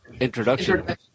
introduction